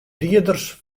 dieders